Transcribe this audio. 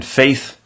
faith